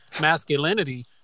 masculinity